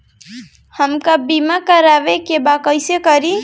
हमका बीमा करावे के बा कईसे करी?